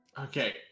Okay